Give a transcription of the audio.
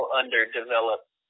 underdeveloped